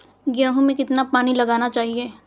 गेहूँ में कितना पानी लगाना चाहिए?